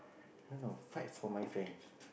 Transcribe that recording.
i don't know fight for my friends